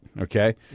Okay